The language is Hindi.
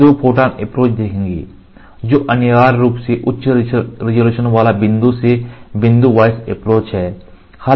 हम दो फोटॉन अप्रोच देखेंगे जो अनिवार्य रूप से उच्च रेजोल्यूशन वाला बिंदु से बिंदु वॉइस एप्रोच हैं